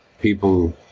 people